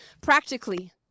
Practically